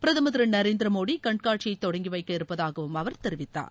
பிரதுர் திரு நரேந்திர மோடி இக்கண்காட்சியை தொடங்கி வைக்க இருப்பதாகவும் அவர் தெரிவித்தார்